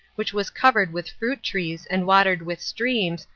which was covered with fruit trees and watered with streams,